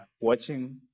watching